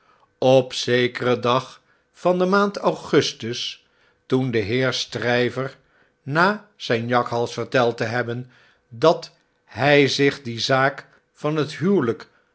op zekeren dag van de maand augustus toen de heer stryver na zjjn jakhals verteld te hebben dat hn zich die zaak van het huwelijk